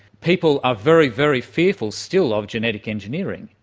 people are very, very fearful still of genetic engineering,